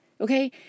Okay